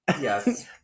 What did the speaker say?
Yes